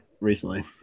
recently